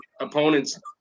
opponents